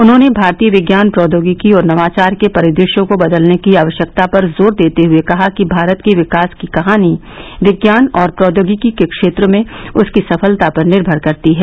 उन्हॉने भारतीय विज्ञान प्रौद्योगिकी और नवाचार के परिदृश्य को बदलने की आवश्यकता पर जोर देते हुए कहा कि भारत के विकास की कहानी विज्ञान और प्रौद्योगिकी के क्षेत्र में उसकी सफलता पर निर्भर करती है